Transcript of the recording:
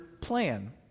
plan